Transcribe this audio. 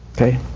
Okay